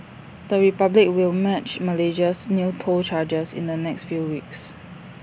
the republic will match Malaysia's new toll charges in the next few weeks